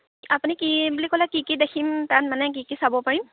আপুনি কি বুলি ক'লে কি কি দেখিম তাত মানে কি কি চাব পাৰিম